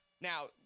Now